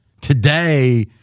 Today